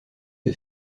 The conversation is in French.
que